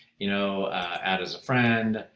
you know add as a friend,